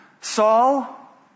Saul